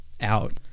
out